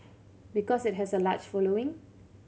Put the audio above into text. because it has a large following